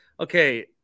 Okay